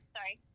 Sorry